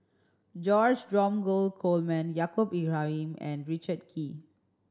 George Dromgold Coleman Yaacob Ibrahim and Richard Kee